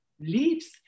leaves